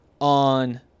on